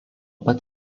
pat